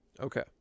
Okay